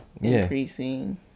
increasing